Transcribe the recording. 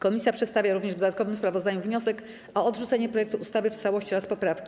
Komisja przedstawia również w dodatkowym sprawozdaniu wniosek o odrzucenie projektu ustawy w całości oraz poprawki.